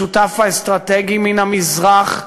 השותף האסטרטגי מן המזרח,